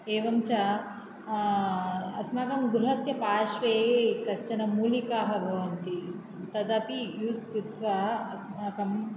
एवञ्च अस्माकं गृहस्य पार्श्वे कश्चन मूलिकाः भवन्ति तदपि यूज़् कृत्वा अस्माकम्